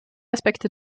aspekte